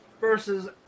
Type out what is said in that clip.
Versus